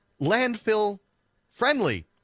landfill-friendly